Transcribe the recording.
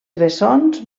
bessons